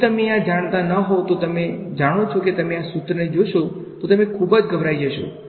જો તમે આ જાણતા ન હોવ તો તમે જાણો છો કે તમે આ સુત્રને જોશો તો તમે ખૂબ ગભરાઈ જશો